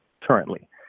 currently